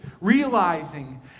realizing